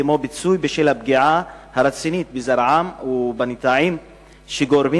כמו פיצוי בשל הפגיעה הרצינית בזרעים ובנטעים שגורמים